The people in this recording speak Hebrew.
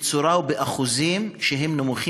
בשיעור נמוך מאוד,